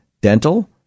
dental